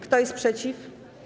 Kto jest przeciw?